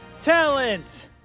Talent